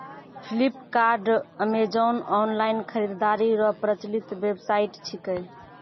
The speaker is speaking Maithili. फ्लिपकार्ट अमेजॉन ऑनलाइन खरीदारी रो प्रचलित वेबसाइट छिकै